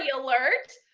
yeah alert.